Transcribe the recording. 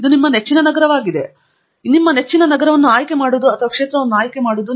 ಇದು ನಿಮ್ಮ ನೆಚ್ಚಿನ ನಗರವಾಗಿದೆ ಇದು ನಿಮ್ಮ ನೆಚ್ಚಿನ ಕ್ಷೇತ್ರವನ್ನು ಆಯ್ಕೆಮಾಡುವುದು